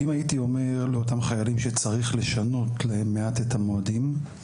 אם הייתי אומר לאותם חיילים שצריך לשנות להם מעט את המועדים,